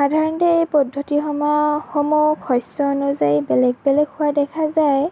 সাধাৰণতে এই পদ্ধতি সমূহ সমূহ শস্য অনুযায়ী বেলেগ বেলেগ হোৱা দেখা যায়